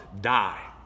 die